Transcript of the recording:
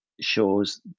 shows